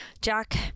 Jack